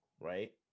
Right